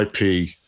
IP